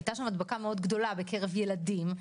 היתה שם הדבקה גדולה בקרב ילדים,